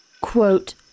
quote